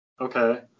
Okay